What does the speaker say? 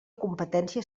competència